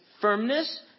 firmness